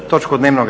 točku dnevnog